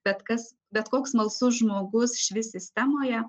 bet kas bet koks smalsus žmogus šioj sistemoje